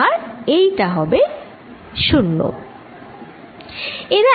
আর এটা হবে 0